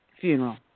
funeral